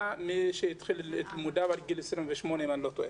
שמי שהתחיל את לימודיו עד גיל 28, אם אני לא טועה,